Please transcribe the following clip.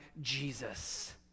Jesus